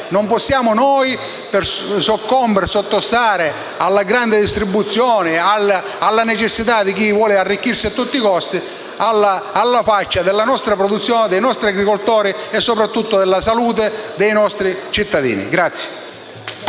Non possiamo noi soccombere e sottostare alla grande distribuzione, alla necessità di chi vuole arricchirsi a tutti i costi alla faccia della nostra produzione, dei nostri agricoltori e soprattutto della salute dei nostri cittadini.